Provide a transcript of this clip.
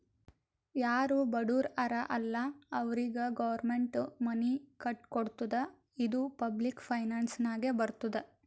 ಯಾರು ಬಡುರ್ ಹರಾ ಅಲ್ಲ ಅವ್ರಿಗ ಗೌರ್ಮೆಂಟ್ ಮನಿ ಕಟ್ಕೊಡ್ತುದ್ ಇದು ಪಬ್ಲಿಕ್ ಫೈನಾನ್ಸ್ ನಾಗೆ ಬರ್ತುದ್